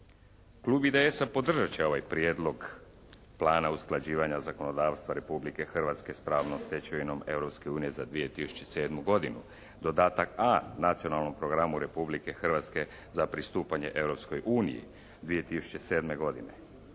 Klub IDS-a podržat će ovaj prijedlog Plana usklađivanja zakonodavstva Republike Hrvatske sa pravnom stečevinom Europske unije za 2007. godinu, dodatak A Nacionalnom programu Republike Hrvatske za pristupanje Europskoj